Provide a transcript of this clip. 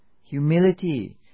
humility